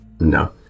No